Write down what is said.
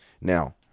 Now